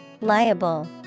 Liable